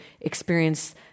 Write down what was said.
experience